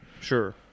sure